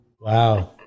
Wow